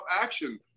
action